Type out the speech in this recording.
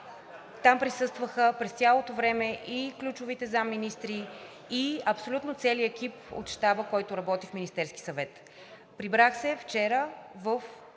Там присъстваха през цялото време и ключовите заместник-министри, и абсолютно целият екип от Щаба, който работи в Министерския съвет. Прибрах се вчера –